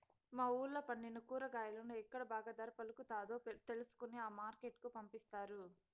మా వూళ్ళో పండిన కూరగాయలను ఎక్కడ బాగా ధర పలుకుతాదో తెలుసుకొని ఆ మార్కెట్ కు పంపిస్తారు